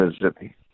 Mississippi